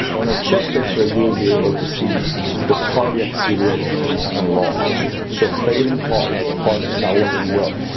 on a chest x-ray, you will be able to see the cardiac silhouette is enlarged, so failing heart, the heart is not working well,